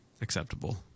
acceptable